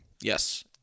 Yes